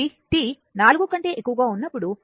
కాబట్టి t 4 కంటే ఎక్కువగా ఉన్నప్పుడు i 2